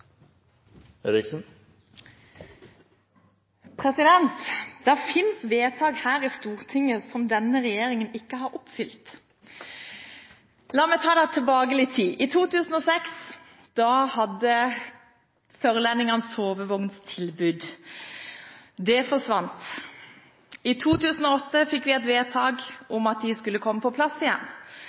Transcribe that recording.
med. Det finnes vedtak her i Stortinget som denne regjeringen ikke har oppfylt. La meg ta dere med tilbake i tid. I 2006 hadde sørlendingene sovevogntilbud. Det forsvant. I 2008 fikk vi et vedtak om at det skulle komme på plass igjen.